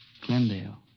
Glendale